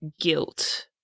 guilt